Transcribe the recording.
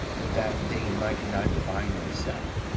and that they might neither buy nor sell.